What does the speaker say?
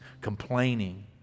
complaining